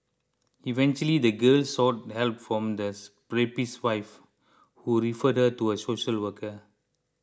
eventually the girl sought help from this rapist's wife who referred her to a social worker